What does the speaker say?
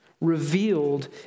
revealed